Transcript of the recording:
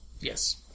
Yes